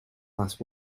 last